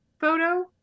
photo